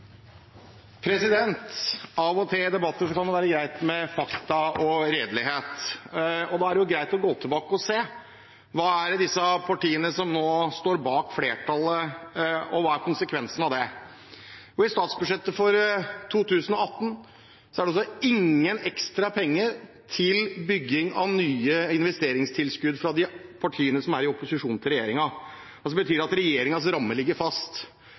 eldreomsorg. Av og til i debatter kan det være greit med fakta og redelighet. Da er det greit å gå tilbake og se hva de partiene som nå utgjør flertallet, har sagt, og hva som er konsekvensene av det. I opposisjonspartienes alternative statsbudsjetter for 2018 er det ingen ekstra penger til bygging og til nye investeringstilskudd, noe som betyr at regjeringens ramme ligger fast.